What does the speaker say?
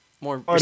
more